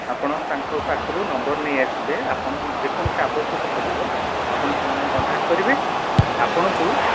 ଆପଣ ତାଙ୍କ ପାଖରୁ ନମ୍ବର୍ ନେଇଆସିବେ ଆପଣ ଯେକୌଣସି ଆବଶ୍ୟକ ପଡ଼ିବ ଆପଣ ସେମାନଙ୍କୁ କଣ୍ଟାକ୍ଟ କରିବେ ଆପଣଙ୍କୁ